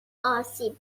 آسیب